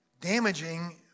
damaging